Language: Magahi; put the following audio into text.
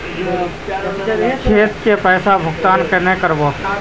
खेत के पैसा भुगतान केना करबे?